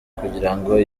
kugirango